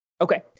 Okay